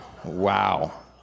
Wow